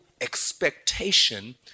expectation